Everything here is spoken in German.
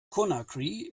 conakry